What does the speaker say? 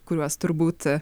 kuriuos turbūt